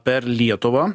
per lietuvą